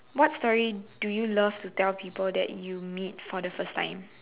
what story do you love to tell people that you meet for the first time